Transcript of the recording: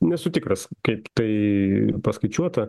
nesu tikras kaip tai paskaičiuota